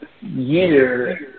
year